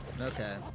Okay